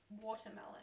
Watermelon